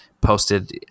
posted